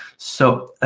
so,